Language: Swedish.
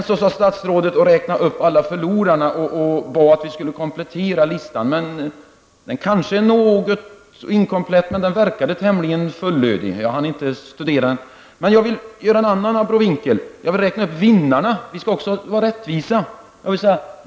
Statsrådet räknade upp alla förlorarna och bad att vi skulle komplettera listan. Den kanske är något inkomplett, men den verkade tämligen fullständig. Jag hann inte studera, men jag vill göra en annan abrovinkel. Jag vill räkna upp vinnarna, vi skall ju vara rättvisa.